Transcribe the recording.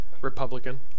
Republican